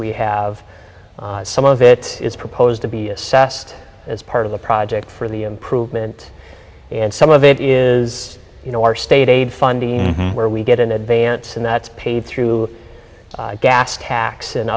we have some of it is proposed to be assessed as part of the project for the improvement and some of it is you know our state aid funding where we get an advance and that's paid through gas tax and